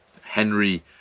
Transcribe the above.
Henry